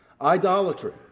Idolatry